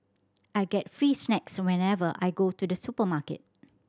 I get free snacks whenever I go to the supermarket